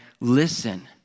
Listen